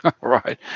Right